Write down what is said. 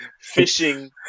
fishing